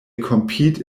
compete